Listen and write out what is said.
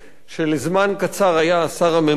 שלזמן קצר היה השר הממונה,